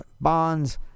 Bonds